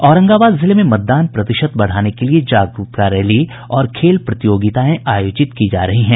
औरंगाबाद जिले में मतदान प्रतिशत बढ़ाने के लिए जागरूकता रैली और खेल प्रतियोगिताएं आयोजित की जा रही हैं